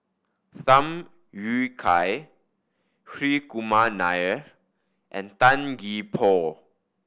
Tham Yui Kai Hri Kumar Nair and Tan Gee Paw